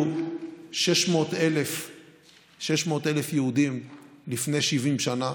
היו 600,000 יהודים לפני 70 שנה,